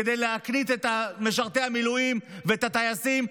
כדי להקניט את משרתי המילואים ואת הטייסים,